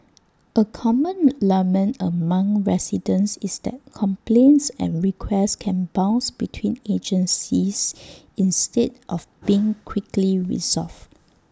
A common lament among residents is that complaints and requests can bounce between agencies instead of being quickly resolved